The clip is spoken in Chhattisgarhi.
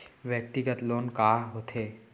व्यक्तिगत लोन का होथे?